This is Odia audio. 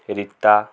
ରୀତା